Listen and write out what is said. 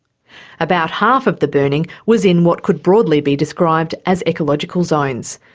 about half of the burning was in what could broadly be described as ecological zones.